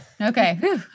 Okay